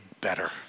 better